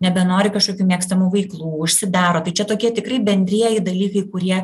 nebenori kažkokių mėgstamų veiklų užsidaro tai čia tokie tikrai bendrieji dalykai kurie